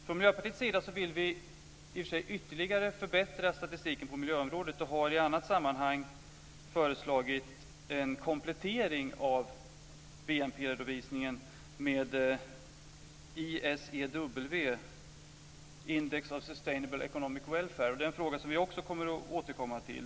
Från Miljöpartiets sida vill vi i och för sig ytterligare förbättra statistiken på miljöområdet och har i annat sammanhang föreslagit en komplettering av Economic Welfare. Det är en fråga som vi också kommer att återkomma till.